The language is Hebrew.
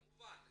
כמובן.